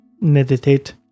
meditate